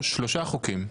שלושה חוקים.